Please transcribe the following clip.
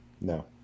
No